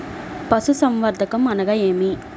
పశుసంవర్ధకం అనగా ఏమి?